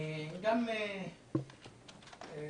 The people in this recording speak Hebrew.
וגם בעולם הטלפון.